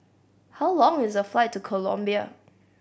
how long is the flight to Colombia